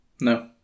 No